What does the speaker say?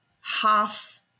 half